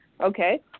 Okay